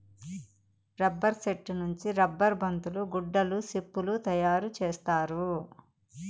rubber set నుంచి rubber బంతులు గుడ్డలు సెప్పులు తయారు చేత్తారు